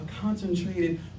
concentrated